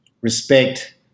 respect